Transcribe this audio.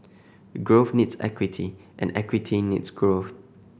growth needs equity and equity needs growth